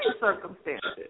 circumstances